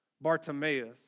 Bartimaeus